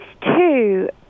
two